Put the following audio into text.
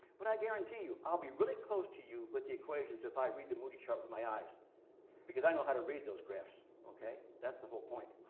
but i guarantee you, i'll be really close to you with the equations if i read the moody chart with my eyes because i know how to read those graphs, okay. that's the whole point.